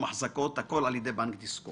אחזקות הכל על ידי בנק דיסקונט.